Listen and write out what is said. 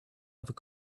other